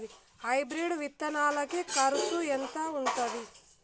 Hybrid విత్తనాలకి కరుసు ఎంత ఉంటది?